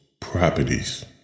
properties